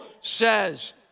says